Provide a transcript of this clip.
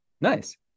Nice